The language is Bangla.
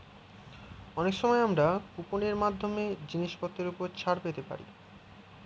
অনেক সময় আমরা কুপন এর মাধ্যমে জিনিসপত্রের উপর ছাড় পেতে পারি